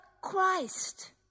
Christ